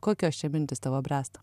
kokios čia mintys tavo bręsta